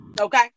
Okay